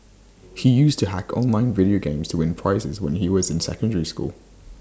he used to hack online video games to win prizes when he was in secondary school